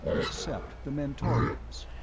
except the mentorians.